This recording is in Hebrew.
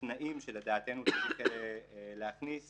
תנאים שלדעתנו צריך להכניס